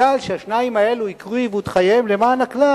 משום שהשניים האלה הקריבו את חייהם למען הכלל,